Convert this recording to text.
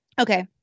Okay